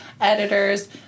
editors